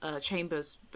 chambers